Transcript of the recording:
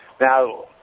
Now